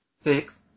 Six